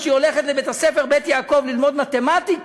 כשהיא הולכת לבית-הספר "בית יעקב" ללמוד מתמטיקה,